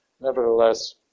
nevertheless